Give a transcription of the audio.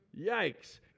Yikes